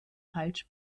falsch